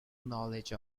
knowledge